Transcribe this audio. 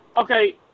Okay